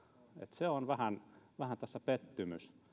se on vähän vähän tässä pettymys